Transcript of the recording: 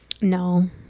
no